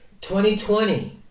2020